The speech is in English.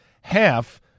half